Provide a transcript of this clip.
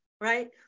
right